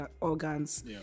organs